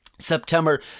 September